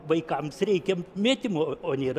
vaikams reikia mėtymo o nėra